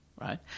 right